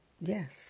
Yes